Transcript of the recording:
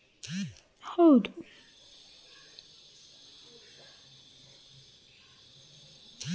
ರೈತರ ಬೆಳೆಗಳಿಗೆ ಕನಿಷ್ಠ ಬೆಂಬಲ ಬೆಲೆ ನೀಡಬೇಕೆಂದು ರೈತ್ರು ದೆಹಲಿಯಲ್ಲಿ ಸರ್ಕಾರದ ವಿರುದ್ಧ ಧರಣಿ ಕೂತರು